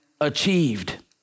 achieved